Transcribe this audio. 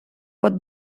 pot